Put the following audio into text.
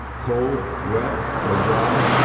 cold, wet, or dry,